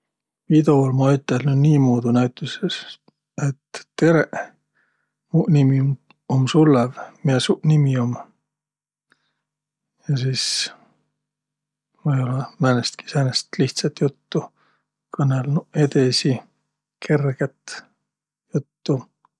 Üidol ma ütelnüq niimuudu näütüses, et Tereq, muq nimi um Sullõv. Miä suq nimi um? Ja sis või-ollaq ajanuq säänest lihtsät juttu. Kõnõlnuq edesi kerget juttu,